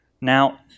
Now